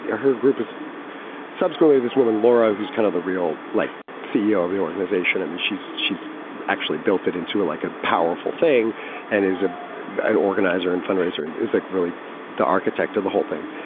yeah her group is subsequently this woman, laura, who's kind of the real life like ceo of the organization. i mean, she's she's actually built it into like a powerful thing and is a an organizer and fundraiser and is like really the architect of the whole thing.